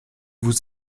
vous